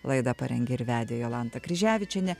laidą parengė ir vedė jolanta kryževičienė